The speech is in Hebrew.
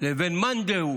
לבין מאן דהוא